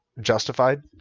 justified